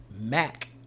Mac